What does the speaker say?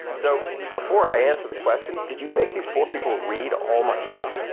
so, before i answer the question did you make these poor people read all my stuff?